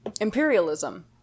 imperialism